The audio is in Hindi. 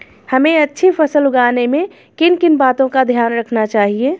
हमें अच्छी फसल उगाने में किन किन बातों का ध्यान रखना चाहिए?